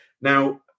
Now